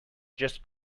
just